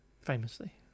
Famously